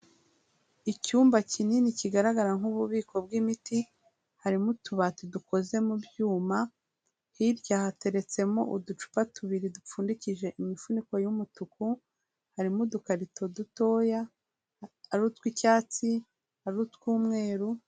Icyumba kinini kigaragara nk'ububiko bw'imiti, harimo utubati dukoze mu byuma, hirya hateretsemo uducupa tubiri dupfundikije imifuniko y'umutuku, harimo udukarito dutoya, ari utw'icyatsi, ari utw'umweru..